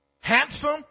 handsome